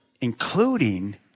including